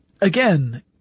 again